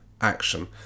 Action